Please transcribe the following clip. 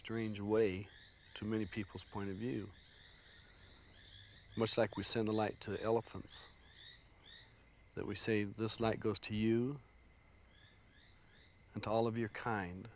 strange way to many people's point of view much like we send a light to elephants that we say this light goes to you and all of your kind